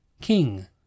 King